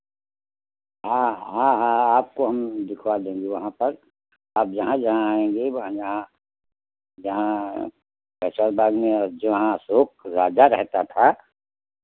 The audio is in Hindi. हाँ हाँ हाँ हाँ आपको हम दिखवा देंगे वहाँ पर आप जहाँ जहाँ आएंगे वहाँ जहाँ जहाँ फैसलबाद में जहाँ अशोक राजा रहता था